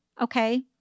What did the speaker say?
okay